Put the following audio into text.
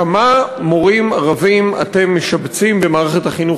כמה מורים ערבים אתם משבצים במערכת החינוך